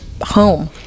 home